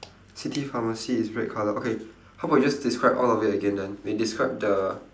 city pharmacy is red colour okay how about you describe all of it again then we describe the